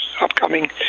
upcoming